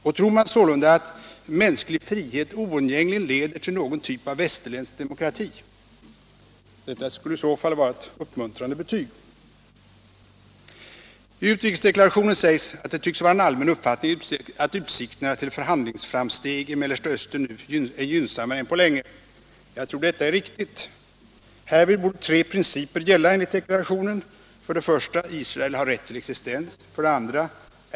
Och tror man sålunda att mänsklig frihet oundgängligen leder till någon typ av västerländsk demokrati? Detta skulle i så fall vara ett uppmuntrande betyg. I utrikesdeklarationen sägs att det tycks vara en allmän uppfattning att utsikterna till förhandlingsframsteg i Mellersta Östern nu är gynnsammare än på länge. Jag tror detta är riktigt. Härvid borde tre principer gälla enligt deklarationen: 1. Israel har rätt till existens. 2.